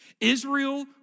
Israel